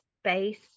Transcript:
space